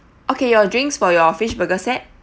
okay your drinks for your fish burger set